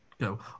go